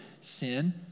sin